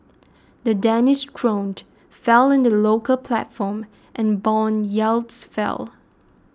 the Danish krone fell in the local platform and bond yields fell